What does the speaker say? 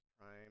prime